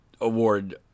Award